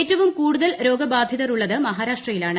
ഏറ്റവും കൂടുതൽ രോഗബാധിതർ ഉള്ളത് മഹാരാഷ്ട്രയിലാണ്